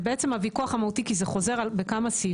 זה בעצם הוויכוח המהותי כי זה חוזר בכמה סעיפים.